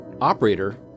operator